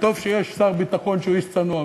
טוב שיש שר ביטחון שהוא איש צנוע,